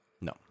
No